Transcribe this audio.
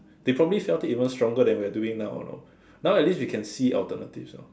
they probably felt it even stronger than when we're doing it now you know now at least we can see alternatives